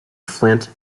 flint